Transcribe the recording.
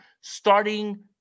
starting